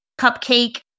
cupcake